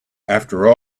after